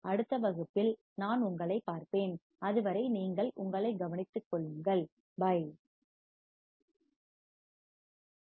அடுத்த வகுப்பில் நான் உங்களைப் பார்ப்பேன் அதுவரை நீங்கள் உங்களை கவனித்துக் கொள்ளுங்கள் வருகிறேன்